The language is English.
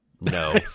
no